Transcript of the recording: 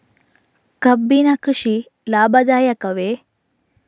ಕಬ್ಬಿನ ಕೃಷಿ ಲಾಭದಾಯಕವೇ?